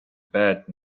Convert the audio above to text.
bad